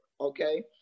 Okay